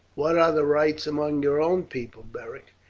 what are the rites among your own people, beric?